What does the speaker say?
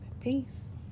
Peace